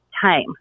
time